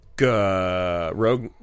rogue